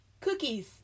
Cookies